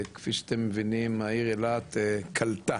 כפי שאתם מבינים העיר אילת קלטה,